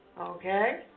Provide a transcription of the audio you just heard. okay